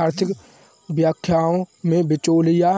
आर्थिक व्याख्याओं में, बिचौलिया